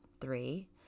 three